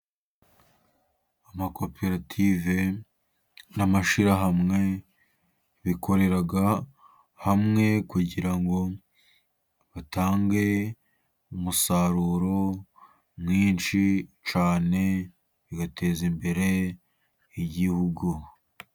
Amakoperative n'amashyihamwe bikorera hamwe, kugira ngo batange umusaruro mwinshi cyane, bigateza imbere igihugu.